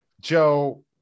Joe